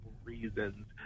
reasons